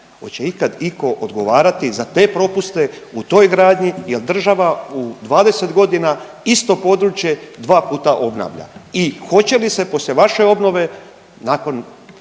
oće li iko ikad odgovarati za te propuste u toj gradnji jel država u 20.g. isto područje dva puta obnavlja i hoće li se poslije vaše obnove nakon